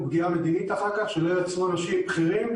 אחר כך פגיעה מדינית ולא יעצרו אנשים בכירים,